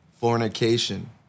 fornication